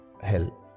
hell